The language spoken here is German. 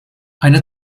eine